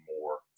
more